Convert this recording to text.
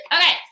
okay